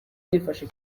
bwifashe